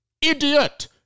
Idiot